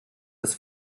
das